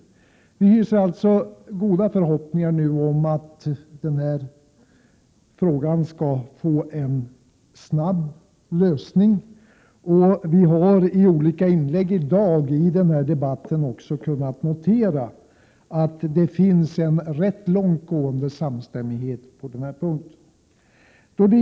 Vi hyser alltså goda förhoppningar om att denna fråga nu skall få en snabb lösning. Av olika inlägg i dagens debatt har vi också kunnat notera att det finns en rätt långtgående samstämmighet på denna punkt.